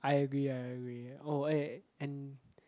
I agree I agree oh eh and